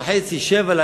07:00-06:30,